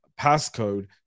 passcode